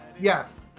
Yes